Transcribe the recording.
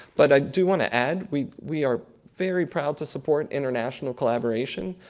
but i do want to add, we we are very proud to support international collaboration.